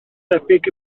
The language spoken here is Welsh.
debyg